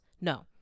No